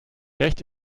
recht